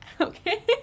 okay